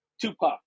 Tupac